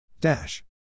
Dash